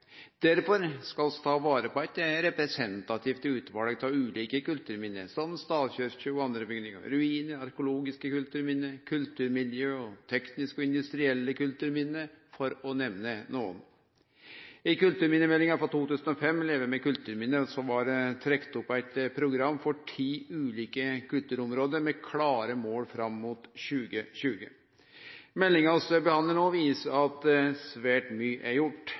bidra til verdiskaping. Derfor skal vi ta vare på eit representativt utval av ulike kulturminne, som stavkyrkjer og andre bygningar, ruinar, arkeologiske kulturminne, kulturmiljø og tekniske og industrielle kulturminne, for å nemne nokon. I kulturminnemeldinga frå 2005, Leve med kulturminner, blei det trekt opp eit program for ti ulike kulturminneområde med klare mål fram mot 2020. Meldinga vi behandlar nå, viser at svært mykje er gjort,